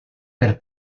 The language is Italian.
per